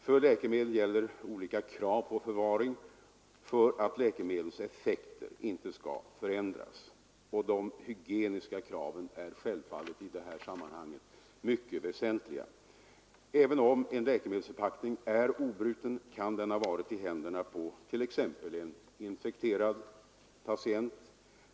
För läkemedel gäller olika krav på förvaring för att deras effekt inte skall förändras, och de hygieniska kraven är i detta sammanhang mycket väsentliga. Även om en läkemedelsförpackning är obruten kan den ha varit i händerna på t.ex. en infekterad patient.